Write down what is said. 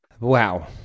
Wow